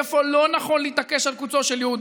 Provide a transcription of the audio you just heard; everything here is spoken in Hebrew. איפה לא נכון להתעקש על קוצו של יו"ד.